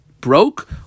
broke